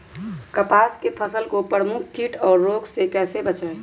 कपास की फसल को प्रमुख कीट और रोग से कैसे बचाएं?